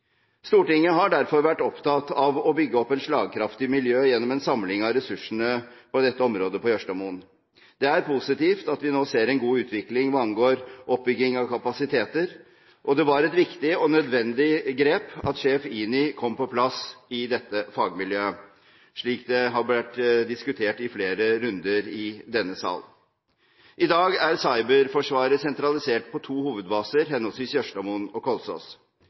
Stortinget har derfor vært opptatt av å bygge opp et slagkraftig miljø gjennom en samling av ressursene for dette området på Jørstadmoen. Det er positivt at vi nå ser en god utvikling hva angår oppbygging av kapasiteter, og det var et viktig og nødvendig grep at sjef INI kom på plass i dette fagmiljøet, slik det har vært diskutert i flere runder i denne sal. I dag er cyberforsvaret sentralisert på to hovedbaser, henholdsvis Jørstadmoen og Kolsås. Høyre er opptatt av at sentraliserte IKT-funksjoner på Kolsås